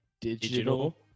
Digital